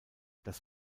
das